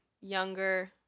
younger